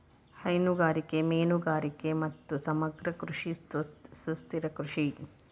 ಹೈನುಗಾರಿಕೆ, ಮೇನುಗಾರಿಗೆ ಮತ್ತು ಸಮಗ್ರ ಕೃಷಿ ಸುಸ್ಥಿರ ಕೃಷಿ